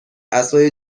عصای